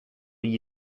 gli